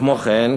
כמו כן,